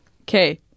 Okay